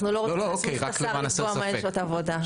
אנחנו לא רוצים שהשר יקבע מה שעות העבודה.